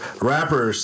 rappers